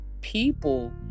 people